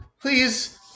please